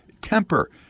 temper